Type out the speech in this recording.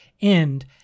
end